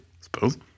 suppose